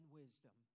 wisdom